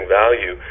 value